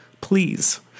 Please